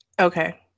Okay